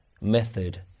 method